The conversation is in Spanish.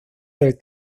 del